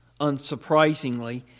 unsurprisingly